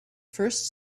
first